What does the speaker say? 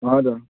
हजुर